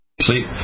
sleep